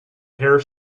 hare